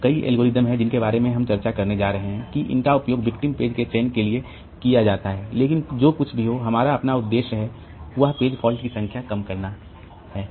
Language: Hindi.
तो कई एल्गोरिदम हैं जिनके बारे में हम चर्चा करने जा रहे हैं कि इनका उपयोग विक्टिम पेज के चयन के लिए किया जाता है लेकिन जो कुछ भी हमारा अपना उद्देश्य हैं वह पेज फॉल्ट की संख्या को कम करना है